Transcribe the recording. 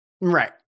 Right